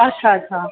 अच्छा अच्छा